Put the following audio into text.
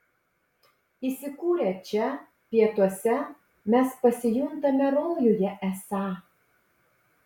įsikūrę čia pietuose mes pasijuntame rojuje esą